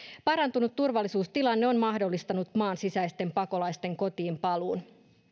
parantunut turvallisuustilanne on mahdollistanut maan sisäisten pakolaisten kotiinpaluun